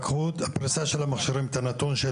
לקחו בפריסה של המכשירים את הנתון של